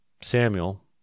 Samuel